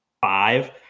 five